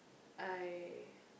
I